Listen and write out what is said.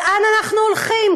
לאן אנחנו הולכים?